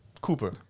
Cooper